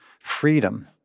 freedom